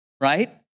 right